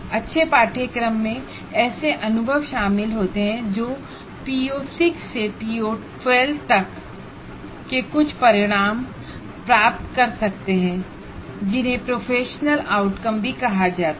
अच्छे कोर्स में ऐसे अनुभव शामिल होते हैं जो PO6 से PO12 तक के कुछ आउटकम प्राप्त कर सकते हैं जिन्हें प्रोफेशनल आउटकम भी कहा जाता है